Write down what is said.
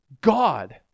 God